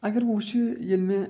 اگر بہٕ وٕچھِ ییٚلہِ مےٚ